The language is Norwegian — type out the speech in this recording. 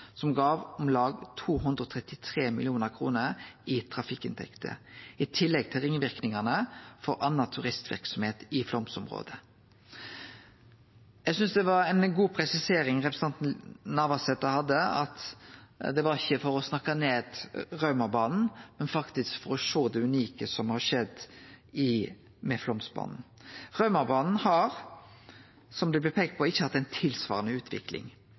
som gav omlag 233 mill. kr i trafikkinntekter, i tillegg til ringverknadene for anna turistverksemd i Flåmsområdet. Eg synest det var ei god presisering representanten Navarsete hadde, at det var ikkje for å snakke ned Raumabana, men faktisk for å sjå det unike som har skjedd med Flåmsbana. Raumabana har, som det blei peikt på, ikkje hatt ei tilsvarande utvikling.